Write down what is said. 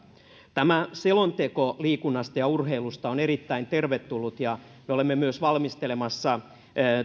selonteko liikunnasta ja urheilusta on erittäin tervetullut me olemme myös valmistelemassa